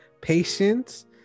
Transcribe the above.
patience